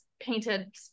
painted